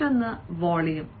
മറ്റൊന്ന് വോളിയം